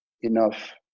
enough